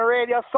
Radio